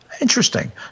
interesting